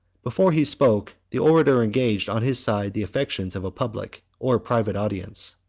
before he spoke, the orator engaged on his side the affections of a public or private audience.